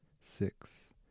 six